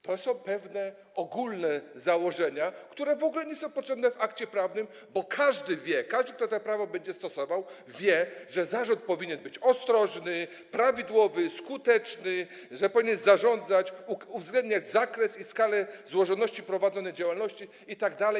To są pewne ogólne założenia, które w ogóle nie są potrzebne w akcie prawnym, bo każdy wie - każdy, kto to prawo będzie stosował, wie - że zarząd powinien być ostrożny, prawidłowy, skuteczny, że powinien zarządzać, uwzględniać zakres i skalę złożoności prowadzonej działalności itd.